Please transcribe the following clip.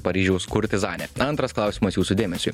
paryžiaus kurtizanę antras klausimas jūsų dėmesiui